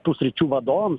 tų sričių vadovų